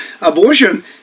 Abortion